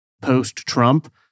post-Trump